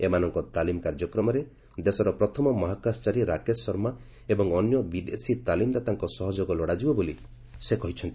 ଏମାନଙ୍କ ତାଲିମ୍ କାର୍ଯ୍ୟକ୍ରମରେ ଦେଶର ପ୍ରଥମ ମହାକାଶଚାରୀ ରାକେଶ ଶର୍ମା ଏବଂ ଅନ୍ୟ ବିଦେଶୀ ତାଲିମ୍ଦାତାଙ୍କ ସହଯୋଗ ଲୋଡ଼ାଯିବ ବୋଲି ସେ କହିଛନ୍ତି